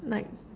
like